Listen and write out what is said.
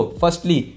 firstly